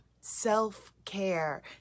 self-care